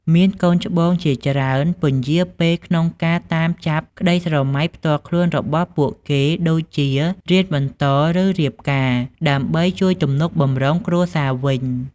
មានកូនច្បងជាច្រើន ពន្យារពេលក្នុងការតាមចាប់ក្ដីស្រមៃផ្ទាល់ខ្លួនរបស់ពួកគេដូចជា រៀនបន្ត ឬរៀបការ ដើម្បីជួយទំនុកបម្រុងគ្រួសារវិញ។